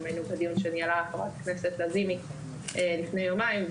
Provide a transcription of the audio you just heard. גם היינו בדיון שניהלה חברת הכנסת לזימי לפני יומיים,